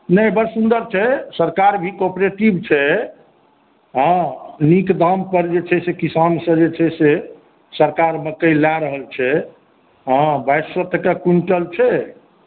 नहि बड़ सुन्दर छै सरकारभी कॉपरेटिव छै हॅं नीक दाम पर जे छै से किसानसँ जे छै से सरकार मकइ लय रहल छै हाँ बाइस सए टके क्विण्टल छै